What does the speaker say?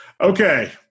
Okay